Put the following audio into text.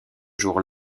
jour